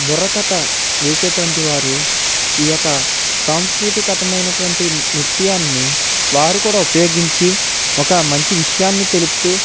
బుర్రకథ వేసేటువంటివారు ఈ యొక్క సాంసృతికతమైనటువంటి నృత్యాన్ని వారు కూడా ఉపయోగించి ఒక మంచి విషయాన్ని తెలుపుతూ